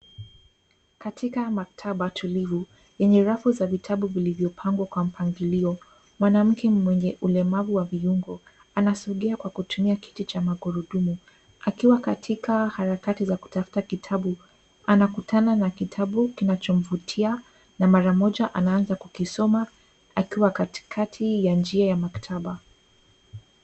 Katika maktaba tulivu yenye rafu za vitabu zilivyopangwa kwa mpangilio, mwanamke mwenye ulemavu wa viungo anasogea kwa kutumia kiti cha magurudumu akiwa katika harakati za kutafuta kitabu anakutana na kitabu kinachomvutia na mara moja anaanza kukisoma akiwa katikati ya njia ya maktaba.